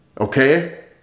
Okay